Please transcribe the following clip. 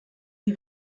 die